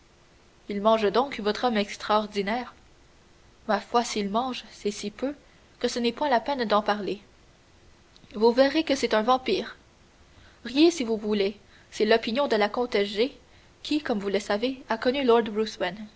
il mange donc votre homme extraordinaire ma foi s'il mange c'est si peu que ce n'est point la peine d'en parler vous verrez que c'est un vampire riez si vous voulez c'était l'opinion de la comtesse g qui comme vous le savez a connu